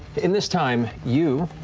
in this time, you,